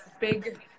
big